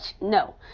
No